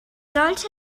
sollte